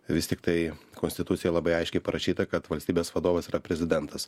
vis tiktai konstitucijoj labai aiškiai parašyta kad valstybės vadovas yra prezidentas